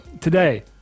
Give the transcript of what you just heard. today